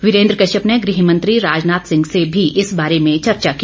वीरेन्द्र कश्यप ने गृह मंत्री राजनाथ सिंह से भी इस बारे में चर्चा की